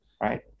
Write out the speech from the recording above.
right